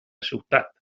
ciutat